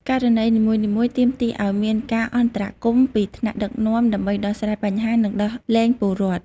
ករណីនីមួយៗទាមទារឱ្យមានការអន្តរាគមន៍ពីថ្នាក់ដឹកនាំ ដើម្បីដោះស្រាយបញ្ហា និងដោះលែងពលរដ្ឋ។